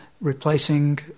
replacing